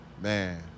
Man